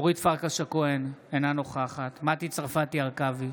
אורית פרקש הכהן, אינה נוכחת מטי צרפתי הרכבי,